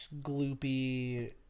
gloopy